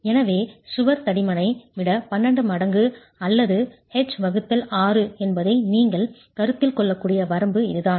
எனவே சுவர் தடிமனை விட 12 மடங்கு அல்லது H6 என்பதை நீங்கள் கருத்தில் கொள்ளக்கூடிய வரம்பு இதுதான்